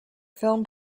film